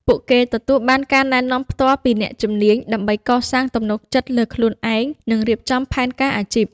ពួកគេទទួលបានការណែនាំផ្ទាល់ពីអ្នកជំនាញដើម្បីកសាងទំនុកចិត្តលើខ្លួនឯង និងរៀបចំផែនការអាជីព។